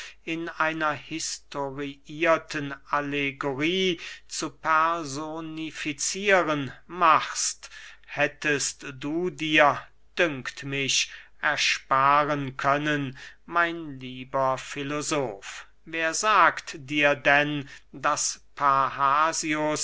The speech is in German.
in einer historiierten allegorie zu personificieren machst hättest du dir dünkt mich ersparen können mein lieber filosof wer sagt dir denn daß